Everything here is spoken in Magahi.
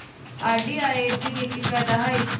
आर.डी आ एफ.डी के कि फायदा हई?